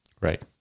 Right